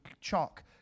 chalk